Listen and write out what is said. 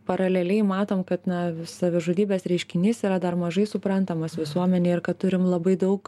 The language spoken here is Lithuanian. paraleliai matom kad na savižudybės reiškinys yra dar mažai suprantamas visuomenėj ir kad turim labai daug